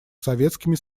советскими